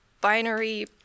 binary